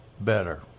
better